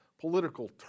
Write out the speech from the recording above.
political